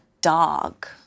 dog